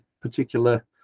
particular